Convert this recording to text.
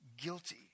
guilty